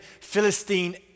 Philistine